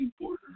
border